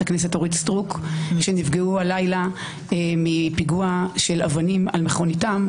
הכנסת אורית סטרוק שנפגעו הלילה מפיגוע של אבנים על מכוניתם.